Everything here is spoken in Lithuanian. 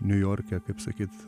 niujorke kaip sakyt